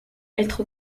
être